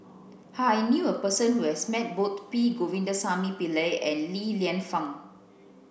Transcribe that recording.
I knew a person who has met both P Govindasamy Pillai and Li Lienfung